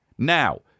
Now